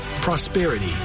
prosperity